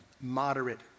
moderate